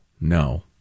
no